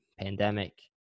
pandemic